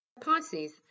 Pisces